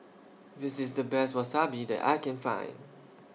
This IS The Best Wasabi that I Can Find